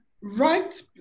right